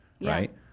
right